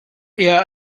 eher